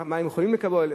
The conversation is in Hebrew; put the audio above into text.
מה הם יכולים לקבל,